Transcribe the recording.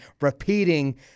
repeating